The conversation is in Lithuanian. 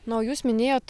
na o jūs minėjot